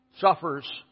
suffers